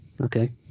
okay